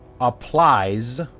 applies